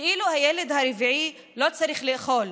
כאילו הילד הרביעי לא צריך לאכול,